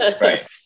Right